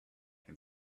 can